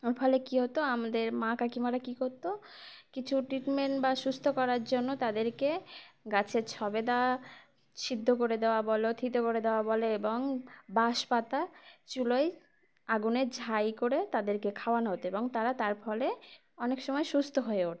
ওর ফলে কী হতো আমাদের মা কাকিমারা কী করতো কিছু ট্রিটমেন্ট বা সুস্থ করার জন্য তাদেরকে গাছের সবেদা সিদ্ধ করে দেওয়া বলো থেঁত করে দেওয়া বলো এবং বাঁশ পাতা চুলোই আগুনে ঝাই করে তাদেরকে খাওয়ানো হতো এবং তারা তার ফলে অনেক সময় সুস্থ হয়ে ওঠে